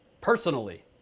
personally